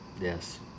yes